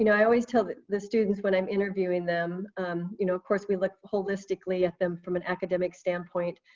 you know i always tell the the students when i'm interviewing them, of you know course we look holistically at them from an academic standpoint.